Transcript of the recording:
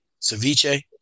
Ceviche